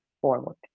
forward